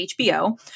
HBO